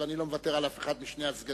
אני לא מוותר על אף אחד משני הסגנים,